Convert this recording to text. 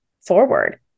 forward